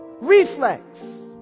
Reflex